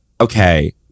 okay